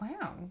wow